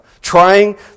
trying